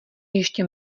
ještě